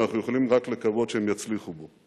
ואנחנו יכולים רק לקוות שהם יצליחו בו.